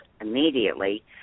immediately